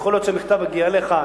יכול להיות שהמכתב הגיע אליך,